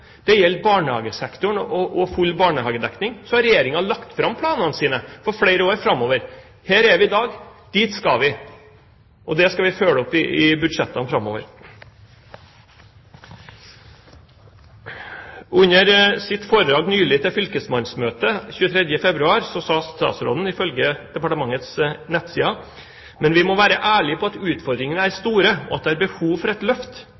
det gjelder barnehagesektoren og full barnehagedekning. Regjeringen har lagt fram planene sine for flere år framover: Her er vi i dag. Dit skal vi, og det skal vi følge opp i budsjettene framover. Under sitt foredrag nylig til fylkesmannsmøtet 23. februar sa statsråden ifølge departementets nettsider: «Men vi må være ærlige på at utfordringene er store, og at det er behov for et løft